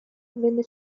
venne